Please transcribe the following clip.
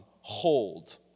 hold